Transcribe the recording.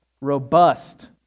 robust